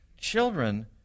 Children